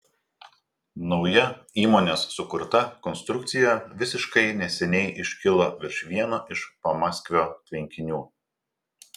nauja įmonės sukurta konstrukcija visiškai neseniai iškilo virš vieno iš pamaskvio tvenkinių